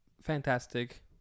fantastic